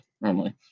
normally